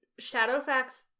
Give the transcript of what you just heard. Shadowfax